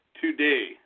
today